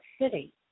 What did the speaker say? city